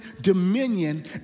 dominion